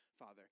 Father